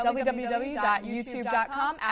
www.youtube.com